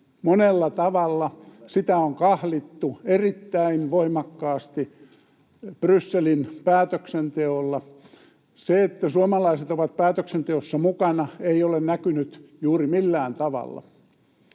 monella tavalla. Sitä on kahlittu erittäin voimakkaasti Brysselin päätöksenteolla. Se, että suomalaiset ovat päätöksenteossa mukana, ei ole näkynyt juuri millään tavalla.